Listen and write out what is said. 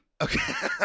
Okay